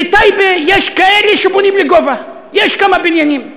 בטייבה יש כאלה שבונים לגובה, יש כמה בניינים.